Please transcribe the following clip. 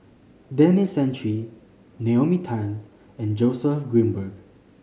Denis Santry Naomi Tan and Joseph Grimberg